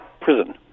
prison